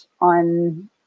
on